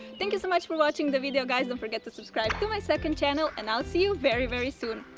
thank you so much for watching the video guys, don't forget to subscribe to my second channel and i'll see you very very soon!